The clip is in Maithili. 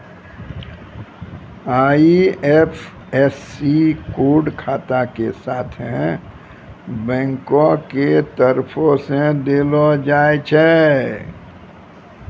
आई.एफ.एस.सी कोड खाता के साथे बैंको के तरफो से देलो जाय छै